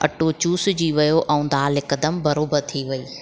अटो चूसिजी वियो ऐं दालि हिकदमि बराबरि थी वेई